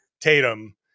Tatum